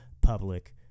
public